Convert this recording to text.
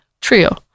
Trio